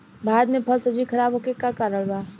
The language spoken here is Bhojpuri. भारत में फल सब्जी खराब होखे के का कारण बा?